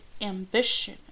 ambition